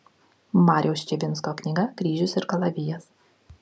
mariaus ščavinsko knyga kryžius ir kalavijas